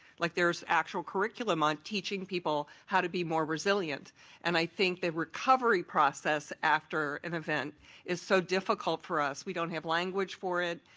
like there's actual curriculum on teaching people how to be more resilient and i think the recovery process after an event is so difficult for us, we don't have language for it,